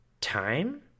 time